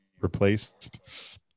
replaced